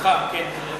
סליחה, כן.